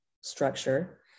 structure